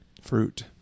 fruit